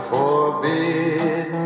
forbid